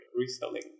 reselling